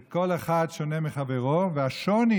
כל אחד שונה מחברו, והשוני